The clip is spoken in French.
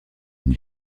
une